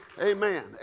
Amen